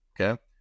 Okay